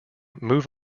move